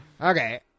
Okay